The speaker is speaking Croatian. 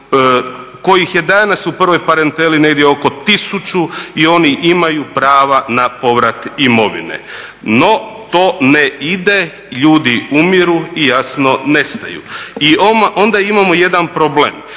kojih je danas u prvoj parenteli negdje oko 1000 i oni imaju prava na povrat imovine. No, to ne ide, ljudi umiru i jasno nestaju. I onda imamo jedan problem,